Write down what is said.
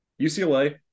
UCLA